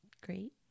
great